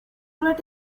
let